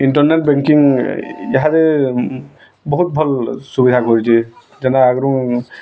internet banking ଇହାଦେ ବହୁତ୍ ଭଲ୍ ସୁବିଧା କରୁଛେ ଯେନ୍ତା ଆଗ୍ରୁ